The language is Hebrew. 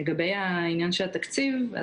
לגבי עניין התקציב: